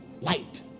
light